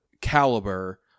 caliber